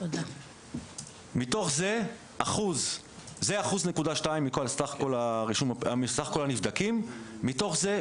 זה 1.2 אחוז מסך כל הנבדקים - מתוך זה,